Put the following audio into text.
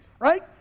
right